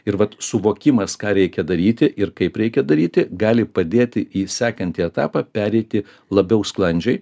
ir vat suvokimas ką reikia daryti ir kaip reikia daryti gali padėti į sekantį etapą pereiti labiau sklandžiai